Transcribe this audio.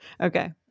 Okay